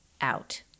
out